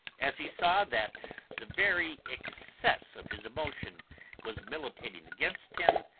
as he saw that the very excess of his emotion was militating against him,